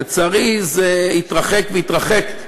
לצערי, זה התרחק והתרחק.